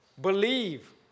believe